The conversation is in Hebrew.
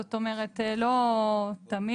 זאת אומרת לא תמיד,